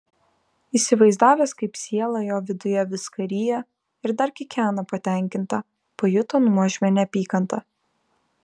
įsivaizdavęs kaip siela jo viduje viską ryja ir dar kikena patenkinta pajuto nuožmią neapykantą